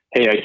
Hey